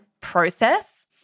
process